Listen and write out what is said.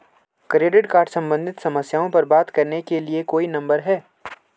Credit card सम्बंधित समस्याओं पर बात करने के लिए कोई नंबर है?